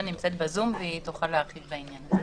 נמצאת בזום והיא תוכל להרחיב בעניין.